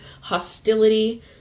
hostility